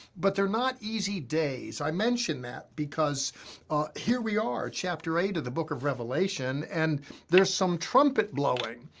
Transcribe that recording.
but they're not easy days. i mention that because here we are, chapter eight of the book of revelation, and there are some trumpet blowing.